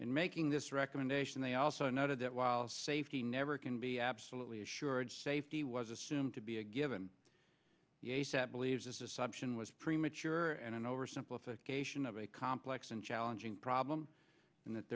in making this recommendation they also noted that while safety never can be absolutely assured safety was assumed to be a given that believes this assumption was premature and an oversimplification of a complex and challenging problem and that